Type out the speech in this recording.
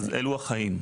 אבל אלה החיים.